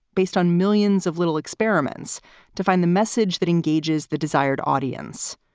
based on millions of little experiments to find the message that engages the desired audience.